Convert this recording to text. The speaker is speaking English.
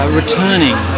returning